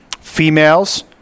females